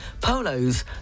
polos